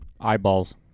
eyeballs